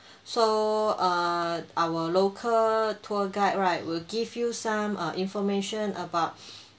so err our local tour guide right will give you some err information about